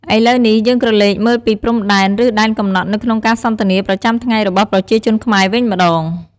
ឥឡូវនេះ យើងក្រឡេកមើលពីព្រំដែន ឬ ដែនកំណត់នៅក្នុងការសន្ទនាប្រចាំថ្ងៃរបស់ប្រជាជនខ្មែរវិញម្ដង។